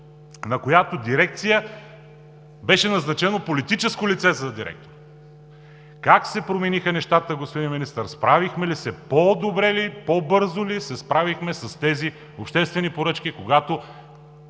на която беше назначено политическо лице за директор, как се промениха нещата, господин Министър? Справихме ли се? По-добре ли, по-бързо ли се справихме с тези обществени поръчки, когато